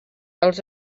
els